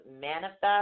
manifest